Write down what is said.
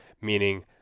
meaning